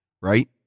right